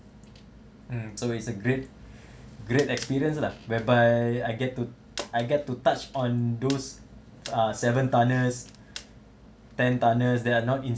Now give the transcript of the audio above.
mm so it's a great great experience lah whereby I get to I get to touch on those ah seven tonnes ten tonnes then I'm not in